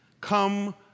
Come